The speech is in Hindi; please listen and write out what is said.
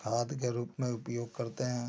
खाद के रूप में उपयोग करते हैं